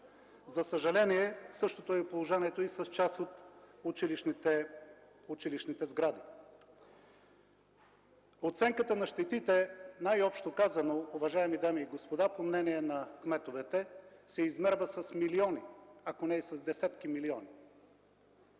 За съжаление същото е положението и с част от училищните сгради. Оценката на щетите, най-общо казано, уважаеми дами и господа, по мнение на кметовете се измерва с милиони, ако не и с десетки милиони.